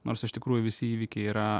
nors iš tikrųjų visi įvykiai yra